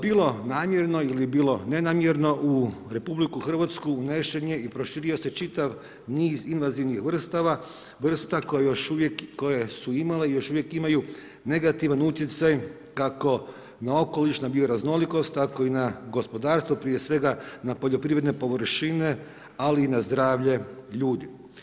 Bilo namjerno ili bilo nenamjerno u Republiku Hrvatsku unesen je i proširio se čitav niz invazivnih vrsta koje su imale i još uvijek imaju negativan utjecaj kako na okoliš, na bioraznolikost tako i na gospodarstvo, prije svega na poljoprivredne površine, ali i na zdravlje ljudi.